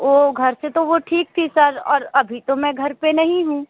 ओह घर से तो वो ठीक थी सर और अभी तो मैं घर पर नहीं हूँ